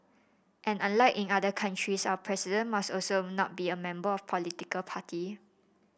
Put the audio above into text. and unlike in other countries our President must also not be a member of political party